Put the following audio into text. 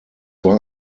war